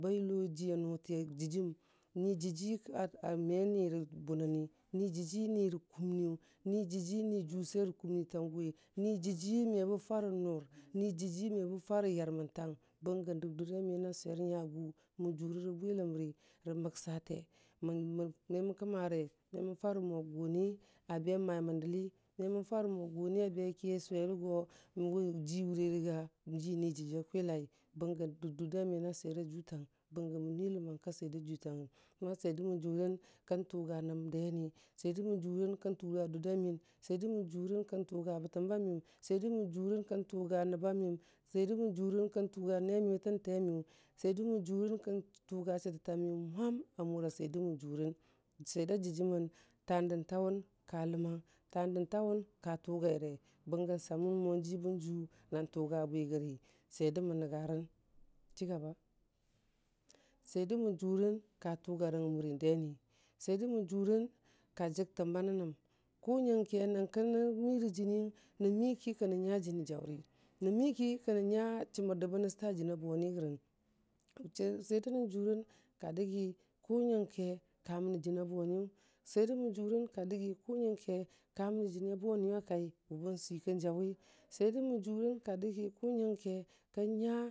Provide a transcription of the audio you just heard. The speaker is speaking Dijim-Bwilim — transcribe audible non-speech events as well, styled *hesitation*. Ba yʊlo jiya nʊti a dəjim, nidəji *hesitation* me ni rə bʊnənni, ni dəji ni rə kʊmniyʊ, ni dəji nu jʊ swer rə kʊmnitayiyʊ, ni dəji me bə farə nur, ni dəyi mw ba farə yarməniang, bənga dəg dur da miyəng a swer nyayʊ, mən jʊrə bwiləmri rə məksate, mən kəmare, me mən furə mo yani a mai mən dəli, me mən farə mo gʊni a beki a sʊrə go, ji wurerəya ji ni dəji a kwilai, bəngə dəg dʊr da məyən a swer a jʊtang bəngə mə nui ləmanka swe a jʊtang *unintelligible* swer də mən jʊrnəng kən tuga nəb deni, swer də mən jʊrəng kən tʊga dʊrr da məyəng, swer də mən jʊrəng kən tʊga bətəmba məyəm, swe də mən jʊrang kən tʊga nəbba məyəm swer də mən kurəng kən tʊga na miyu tən temiyu, swer mən jurəng kən tʊga chiəta miyu mwum a mʊ ra swer də mən jʊrəng swer da dəjimən, tən dən tawʊn ka ləmang, kan dən tawʊm ka tʊgaire, bəngə samən moji bən ju nən tʊga bwi rəyi swer mən nənga rən *unintelligible* chigaba swer dəmən jurəng ka turanga a muri deni swer də mən jurəng ka jəg təmba nənəm, kʊ nyanke nən mero, jiniyrog, nən miki kənən nya jin wʊri, nən miki kənən nya chimər də bənə sʊta jinaya bʊnirə, gən swer mən jurəng ka dəgi ku nyamke ka məni jini a buniyʊ, swer də mən jurəng ka dəyi kʊ nyanke ka mənəjiniya bʊniyu a kai wubən sii kə bən jwuwi swer dən mən jurəng ka dəgi ku nyamke kən nya.